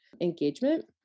engagement